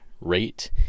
rate